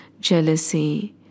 jealousy